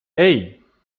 hey